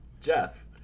Jeff